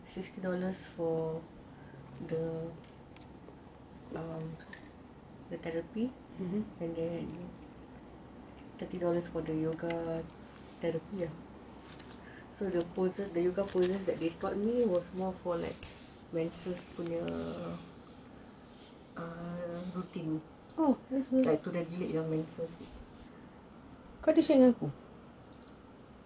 fifty dollars for the um the therapy and then thirty dollars for the yoga therapy so the poses the yoga poses that they taught me was more for menses punya routine to relieve menses tu